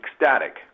ecstatic